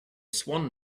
swan